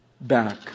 back